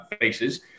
faces